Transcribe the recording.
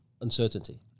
uncertainty